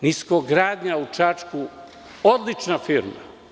Niskogradnja – Čačak“ je odlična firma.